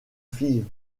fille